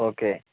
okay